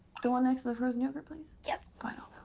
the one next to the frozen yogurt place? yes. fine i'll